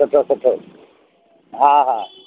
सुठो सुठो हा हा